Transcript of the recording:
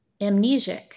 amnesic